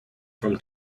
from